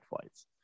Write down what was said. flights